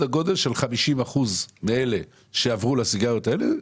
גודל של 50 אחוזים מאלה שעברו לסיגריות האלה,